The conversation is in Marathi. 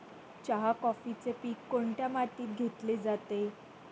चहा, कॉफीचे पीक कोणत्या मातीत घेतले जाते?